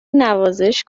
نوازش